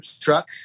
truck